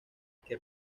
que